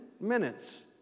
minutes